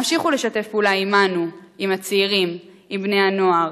המשיכו לשתף פעולה עמנו, עם הצעירים, בני-הנוער.